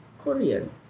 Korean